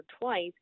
twice